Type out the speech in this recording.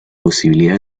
posibilidad